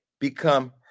become